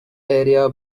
area